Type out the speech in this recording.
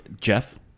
Jeff